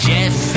Jeff